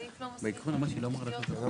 אם כבר להסמיך להקים תשתיות.